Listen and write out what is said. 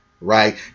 right